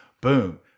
boom